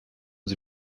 sie